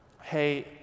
hey